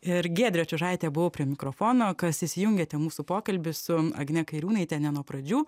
ir giedrė čiužaitė buvo prie mikrofono kas įsijungėte mūsų pokalbį su agne kairiūnaite ne nuo pradžių